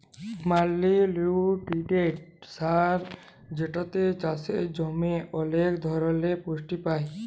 multinutrient সার যেটাতে চাসের জমি ওলেক ধরলের পুষ্টি পায়